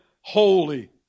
holy